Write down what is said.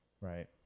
Right